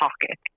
pocket